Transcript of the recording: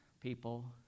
people